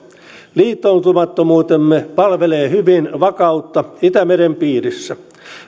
liittoutumattomuutemme palvelee hyvin vakautta itämeren piirissä